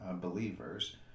believers